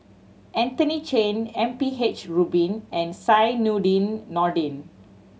Anthony Chen M P H Rubin and Zainudin Nordin